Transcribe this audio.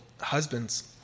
Husbands